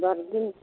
ᱵᱟᱨ ᱫᱤᱱ ᱦᱩᱸ ᱦᱩᱸ ᱦᱩᱸ